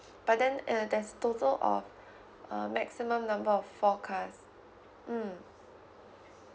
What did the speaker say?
but then uh there's total of err maximum number of four cars mm